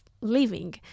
living